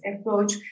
approach